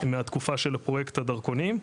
מהתקופה של פרויקט הדרכונים,